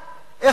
איך אומרים,